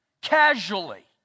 casually